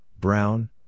brown